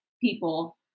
people